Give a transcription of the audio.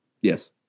Yes